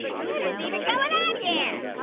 what is even going on here?